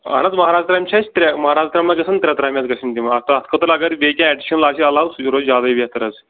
اَہَن حظ مہرازٕ ترٛامہِ چھِ اَسہِ ترٛےٚ مہرازٕ ترٛامہِ منٛز گژھان ترٛےٚ ترٛامہِ حظ گژھن تِم اتھ اَتھ خٲطرٕ اگر بیٚیہِ کیٚنٛہہ ایٚڈِشن آسہِ علاوٕ سُہ روزِ زیادَے بہتر حظ